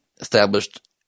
established